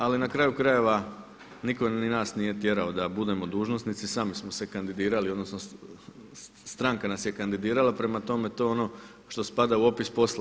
Ali na kraju krajeva nitko ni nas nije tjerao da budemo dužnosnici, sami smo se kandidirali, odnosno stranka nas je kandidirala prema tome to je ono što spada u opis posla.